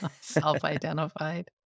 Self-identified